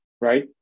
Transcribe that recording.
right